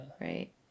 right